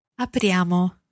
Apriamo